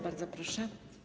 Bardzo proszę.